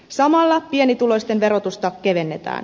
samalla pienituloisten verotusta kevennetään